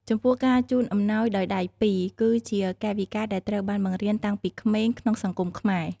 ចំពោះការជូនអំណោយដោយដៃពីរ គឺជាកាយវិការដែលត្រូវបានបង្រៀនតាំងពីក្មេងក្នុងសង្គមខ្មែរ។